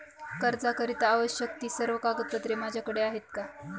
कर्जाकरीता आवश्यक ति सर्व कागदपत्रे माझ्याकडे आहेत का?